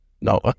No